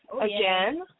again